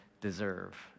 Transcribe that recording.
deserve